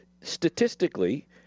statistically